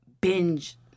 binge